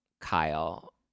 Kyle